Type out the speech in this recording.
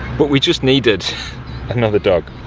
but we just needed another dog.